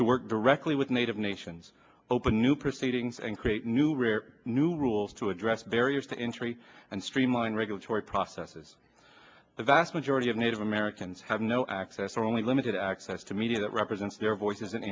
to work directly with native nations open new proceedings and create new rear new rules to address barriers to entry and streamline regulatory processes the vast majority of native americans have no access or only limited access to media that represents their voices an